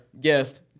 guest